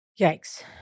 Yikes